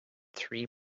three